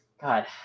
God